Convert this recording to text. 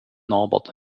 norbert